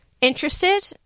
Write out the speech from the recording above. interested